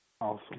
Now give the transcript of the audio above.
Awesome